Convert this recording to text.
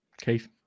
Keith